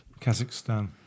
Kazakhstan